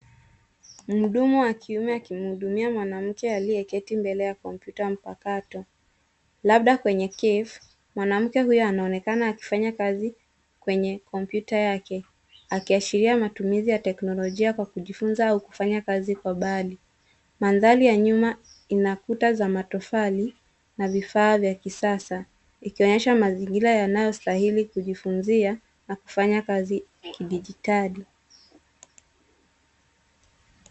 Muhudumu wa kiume akimuhudumia mwanamke ameketi mbele ya komputa mpakato labda kwenye cafe mwanamke huyu anaonekana akifanya kazi kwenye kompyuta yake akiashiria matumizi ya teknolojia akifunza au akifanya kazi kwa mbali. mandhari ya nyuma inaonyesha ukuta wa matofali na vifaa vya kisasa na mazingira yanayostahili kujifunzia na kufanya kazi kidijitali.